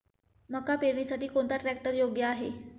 मका पेरणीसाठी कोणता ट्रॅक्टर योग्य आहे?